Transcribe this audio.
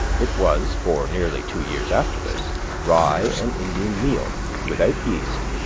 it was, for nearly two years after this, rye and indian meal without yeast,